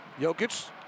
Jokic